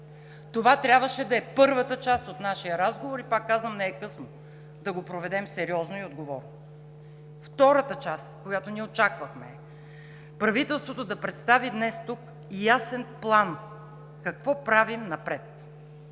Това трябваше да е първата част от нашия разговор и, пак казвам, не е късно да го проведем сериозно и отговорно. Втората част, която ние очаквахме, правителството да представи днес тук ясен план какво правим напред.